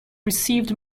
received